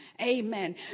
Amen